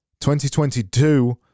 2022